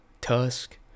Tusk